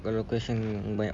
kalau question banyak